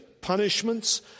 punishments